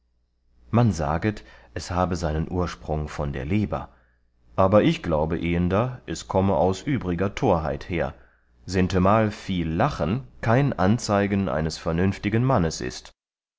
man saget es habe seinen ursprung von der leber aber ich glaube ehender es komme aus übriger torheit her sintemal viel lachen kein anzeigen eines vernünftigen mannes ist